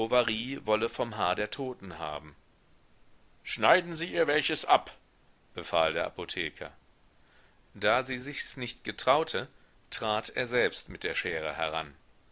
wolle vom haar der toten haben schneiden sie ihr welches ab befahl der apotheker da sie sichs nicht getraute trat er selbst mit der schere heran